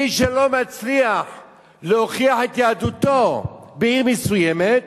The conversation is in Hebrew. מי שלא מצליח להוכיח את יהדותו בעיר מסוימת